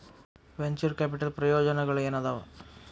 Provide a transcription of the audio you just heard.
venture capital ಪ್ರಯೋಜನಗಳೇನಾದವ